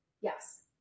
Yes